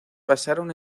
pasaron